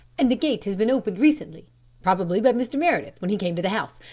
and the gate has been opened recently probably by mr. meredith when he came to the house.